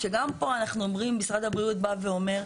גם פה משרד הבריאות בא ואומר,